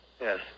Yes